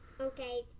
Okay